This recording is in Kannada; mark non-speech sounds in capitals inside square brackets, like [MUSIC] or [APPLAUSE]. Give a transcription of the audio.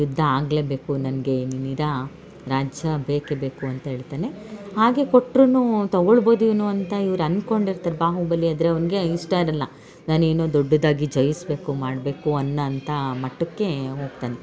ಯುದ್ಧ ಆಗಲೇಬೇಕು ನನಗೆ [UNINTELLIGIBLE] ರಾಜ್ಯ ಬೇಕೇ ಬೇಕು ಅಂತ ಹೇಳ್ತನೆ ಹಾಗೆ ಕೊಟ್ರೂ ತಗೊಳ್ಬೋದು ಇವನು ಅಂತ ಇವ್ರು ಅನ್ಕೊಂಡು ಇರ್ತಾರೆ ಬಾಹುಬಲಿ ಆದರೆ ಅವ್ನಿಗೆ ಇಷ್ಟ ಇರಲ್ಲ ನಾನೇನೋ ದೊಡ್ಡದಾಗಿ ಜಯಿಸಬೇಕು ಮಾಡಬೇಕು ಅನ್ನೊಂಥ ಮಟ್ಟಕ್ಕೆ ಹೋಗ್ತಾನೆ